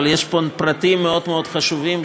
יש פה פרטים מאוד מאוד חשובים,